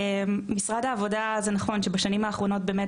משרד העבודה זה נכון שבשנים האחרונה באמת